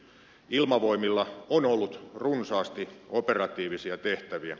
ilmavoimilla on ollut runsaasti operatiivisia tehtäviä